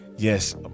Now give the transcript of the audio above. Yes